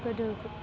गोदो